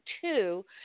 two